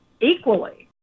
equally